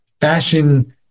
fashion